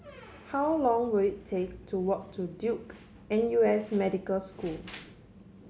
how long will it take to walk to Duke N U S Medical School